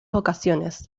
ocasiones